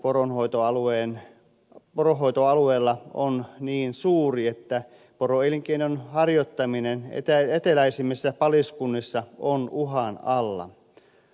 petokanta poronhoitoalueella on niin suuri että poroelinkeinon harjoittaminen eteläisimmissä paliskunnissa on uhan alla